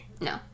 No